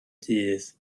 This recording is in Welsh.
dydd